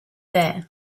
that